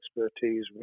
expertise